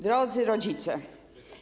Drodzy Rodzice!